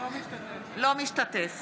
אינו משתתף